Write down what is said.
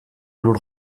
lur